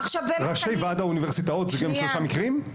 עכשיו באמת אני --- ראשי וועד האוניברסיטאות זה גם שלושה מקרים?